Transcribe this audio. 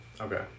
Okay